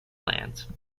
lands